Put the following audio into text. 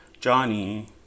Johnny